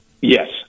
Yes